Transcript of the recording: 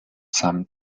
some